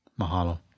Mahalo